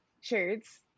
shirts